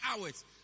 hours